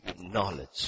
knowledge